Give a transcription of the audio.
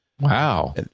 Wow